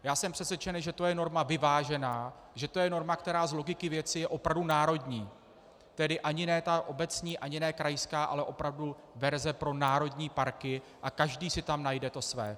Já jsem přesvědčen, že to je norma vyvážená, že to je norma, která z logiky věci je opravdu národní, tedy ani ne obecní, ani ne krajská, ale opravdu verze pro národní parky, a každý si tam najde to své.